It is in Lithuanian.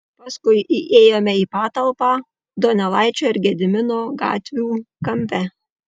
paskui įėjome į patalpą donelaičio ir gedimino gatvių kampe